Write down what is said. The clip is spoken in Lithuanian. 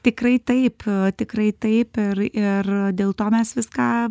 tikrai taip tikrai taip ir ir dėl to mes viską